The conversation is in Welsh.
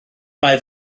mae